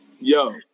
Yo